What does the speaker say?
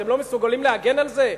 אתם לא מסוגלים להגן על זה?